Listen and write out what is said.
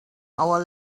our